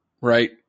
right